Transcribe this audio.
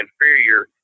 inferior